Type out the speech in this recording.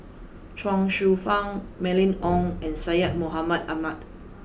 Chuang Hsueh Fang Mylene Ong and Syed Mohamed Ahmed